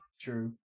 True